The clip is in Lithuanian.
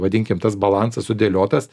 vadinkim tas balansas sudėliotas